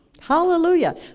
Hallelujah